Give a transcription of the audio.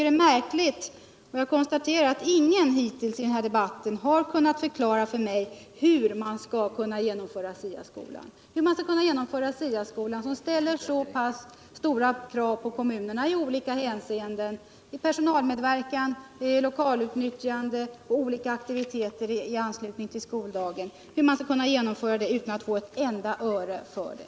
Det är märkligt att ingen hittills i denna debatt har kunnat förklara för mig bur man skall kunna genomföra SIA-skolan som ställer så pass stora krav på kommunerna i olika hänseenden — personalmedverkan, lokalutnyttjunde, olika aktiviteter i anslutning till skoldagen — utan att få ett enda öre till det.